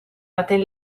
baten